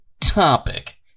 topic